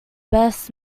best